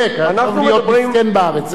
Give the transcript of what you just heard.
לא טוב להיות מסכן בארץ, זה נורא.